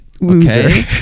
Loser